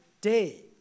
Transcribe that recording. day